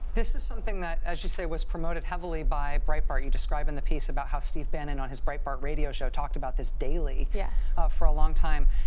this is something that, as you say was promoted heavily by a breitbart you describe in the piece about how steve bannon on his breitbart radio show talked about this daily. yes. for a long time.